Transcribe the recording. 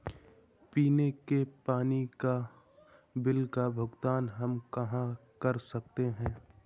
पीने के पानी का बिल का भुगतान हम कहाँ कर सकते हैं?